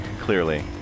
Clearly